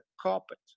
carpet